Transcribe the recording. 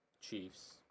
Chiefs